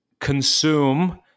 consume